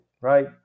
right